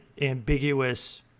ambiguous